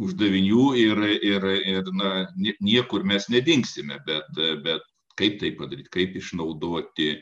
uždavinių ir ir ir na nie niekur mes nedingsime bet bet kaip tai padaryt kaip išnaudoti